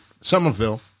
Somerville